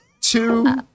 two